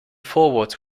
forwards